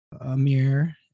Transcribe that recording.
Amir